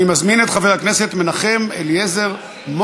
הצעה לסדר-היום מס' 3816. אני מזמין את חבר הכנסת מנחם אליעזר מוזס.